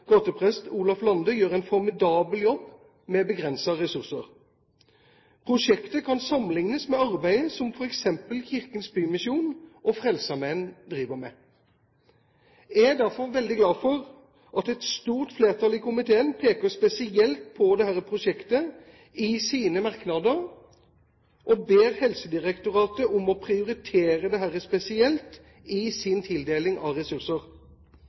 gateprest Olaf Lande, gjør en formidabel jobb med begrensede ressurser. Prosjektet kan sammenlignes med arbeidet som f.eks. Kirkens Bymisjon og Frelsesarmeen driver. Jeg er derfor glad for at et stort flertall i komiteen peker spesielt på dette prosjektet i sine merknader og ber Helsedirektoratet om å prioritere dette spesielt i sin tildeling av ressurser.